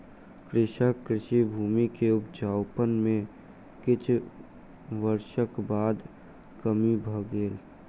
कृषकक कृषि भूमि के उपजाउपन में किछ वर्षक बाद कमी भ गेल